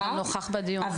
וגם נוכח בדיון.